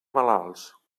malalts